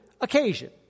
occasion